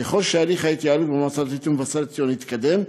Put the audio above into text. ככל שהליך ההתייעלות במועצה הדתית במבשרת ציון יתקדם,